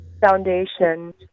foundation